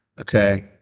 Okay